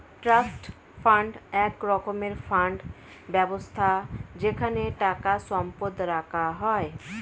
trust fund এক রকমের fund ব্যবস্থা যেখানে টাকা সম্পদ রাখা হয়